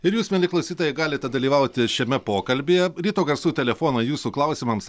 ir jūs mieli klausytojai galite dalyvauti šiame pokalbyje ryto garsų telefonai jūsų klausimams